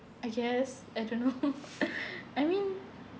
I guess I don't know I mean